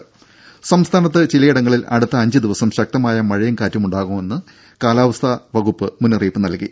ദേദ സംസ്ഥാനത്ത് ചിലയിടങ്ങളിൽ അടുത്ത അഞ്ച് ദിവസം ശക്തമായ മഴയും കാറ്റുമുണ്ടാകുമെന്ന് കേന്ദ്രകാലാവസ്ഥാ വകുപ്പ് മുന്നറിയിപ്പ് നൽകി